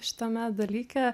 šitame dalyke